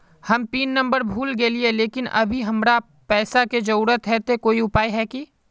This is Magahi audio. हम पिन नंबर भूल गेलिये लेकिन अभी हमरा पैसा के जरुरत है ते कोई उपाय है की?